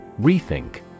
Rethink